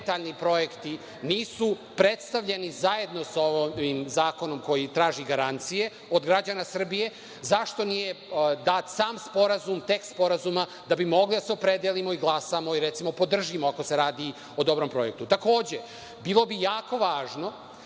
detaljni projekti nisu predstavljeni zajedno sa ovim zakonom koji traži garancije od građana Srbije? Zašto nije dat sam sporazum, tekst sporazuma, da bi mogli da se opredelimo, da glasamo i recimo podržimo ako se radi o dobrom projektu? Takođe, bilo bi jako važno,